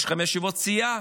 יש לכם ישיבות סיעה,